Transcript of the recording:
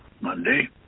Monday